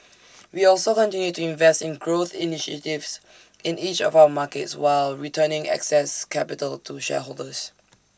we also continued to invest in growth initiatives in each of our markets while returning excess capital to shareholders